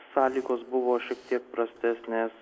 sąlygos buvo šiek tiek prastesnės